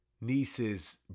niece's